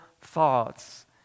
thoughts